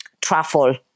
truffle